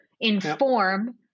inform